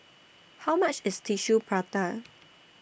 How much IS Tissue Prata